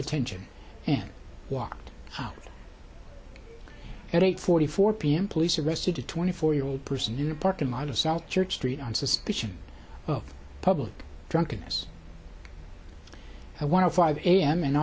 attention and walked out at eight forty four pm police arrested a twenty four year old person in a parking lot of south church street on suspicion of public drunkenness one of five am an